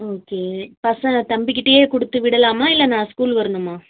okay பசங்க தம்பிக்கிட்டையே கொடுத்து விடலாமா இல்லை நான் ஸ்கூல் வரணுமா